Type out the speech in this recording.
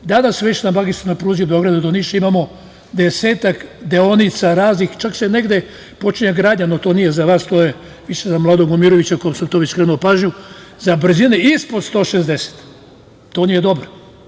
Danas već na magistralnoj pruzi od Beograda do Niša, imamo desetak deonica raznih, čak negde počinje gradnja i to nije za vas, to je više za mladog Momirovića, kome sam skrenuo pažnju, za brzine ispod 160 kilometara, i to nije dobro.